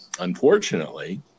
Unfortunately